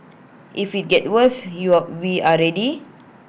if IT gets worse you are we are ready